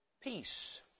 Peace